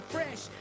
Fresh